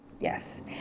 yes